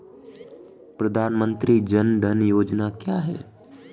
प्रधानमंत्री जन धन योजना क्या है?